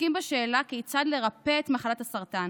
עוסקים בשאלה כיצד לרפא את מחלת הסרטן,